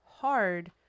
hard